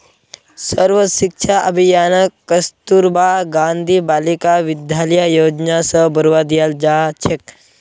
सर्व शिक्षा अभियानक कस्तूरबा गांधी बालिका विद्यालय योजना स बढ़वा दियाल जा छेक